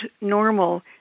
normal